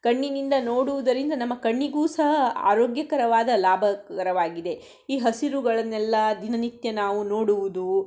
ಕಣ್ಣಿನಿಂದ ನೋಡುವುದರಿಂದ ನಮ್ಮ ಕಣ್ಣಿಗೂ ಸಹ ಆರೋಗ್ಯಕರವಾದ ಲಾಭಕರವಾಗಿದೆ ಈ ಹಸಿರುಗಳನ್ನೆಲ್ಲ ದಿನನಿತ್ಯ ನಾವು ನೋಡುವುದು